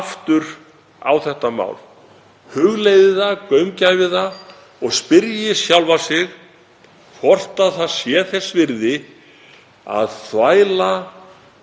aftur á þetta mál, hugleiði það, gaumgæfi það og spyrji sjálfa sig hvort það sé þess virði að þvæla